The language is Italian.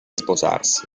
sposarsi